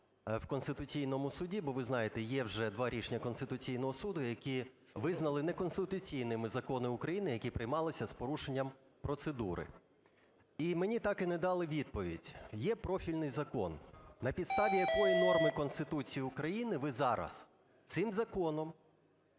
в Конституційному Суді, бо ви знаєте, є вже два рішення Конституційного Суду, які визнали неконституційними Закони України, які приймалися з порушенням процедури. І мені так і не дали відповідь. Є профільний закон. На підставі якої норми Конституції України ви зараз цим законом